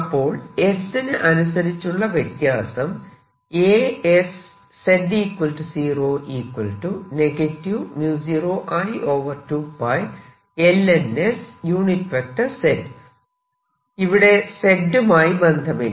അപ്പോൾ s ന് അനുസരിച്ചുള്ള വ്യത്യാസം ഇവിടെ z മായി ബന്ധമില്ല